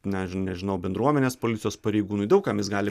na nežinau bendruomenės policijos pareigūnui daug kam jis gali